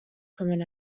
common